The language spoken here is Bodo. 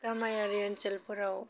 गामायारि ओनसोलफोराव